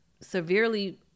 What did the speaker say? severely